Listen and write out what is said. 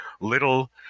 little